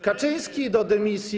Kaczyński do dymisji.